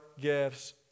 gifts